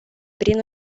prin